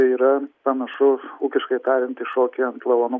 tai yra panašus ūkiškai tariant į šokį ant lavonų